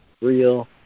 real